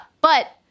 But-